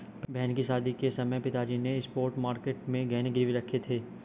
बहन की शादी के समय पिताजी ने स्पॉट मार्केट में गहने गिरवी रखे थे